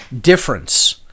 difference